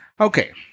Okay